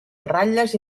ratlles